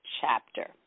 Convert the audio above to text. chapter